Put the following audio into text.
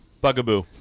Bugaboo